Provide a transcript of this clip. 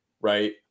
right